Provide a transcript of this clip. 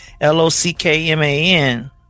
L-O-C-K-M-A-N